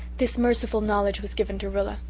this merciful knowledge was given to rilla.